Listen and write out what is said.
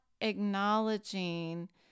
acknowledging